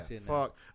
fuck